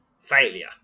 Failure